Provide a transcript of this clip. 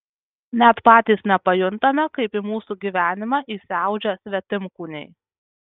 net patys nepajuntame kaip į mūsų gyvenimą įsiaudžia svetimkūniai